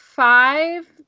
Five